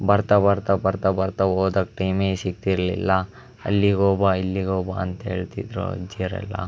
ಬರ್ತಾ ಬರ್ತಾ ಬರ್ತಾ ಬರ್ತಾ ಓದೋಕ್ಕೆ ಟೈಮೇ ಸಿಗ್ತಿರಲಿಲ್ಲ ಅಲ್ಲಿಗೆ ಹೋಗ್ಬಾ ಇಲ್ಲಿಗೆ ಹೋಗ್ಬಾ ಅಂತೇಳ್ತಿದ್ದರು ಅಜ್ಜಿಯವ್ರೆಲ್ಲ